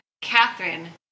Catherine